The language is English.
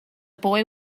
boy